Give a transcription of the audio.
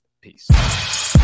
Peace